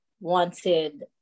wanted